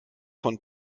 von